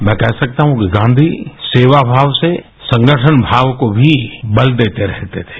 मैं कह सकता हूँ कि गाँधी सेवा भाव से संगठन भाव को भी बल देते रहते थे